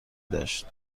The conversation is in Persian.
داشت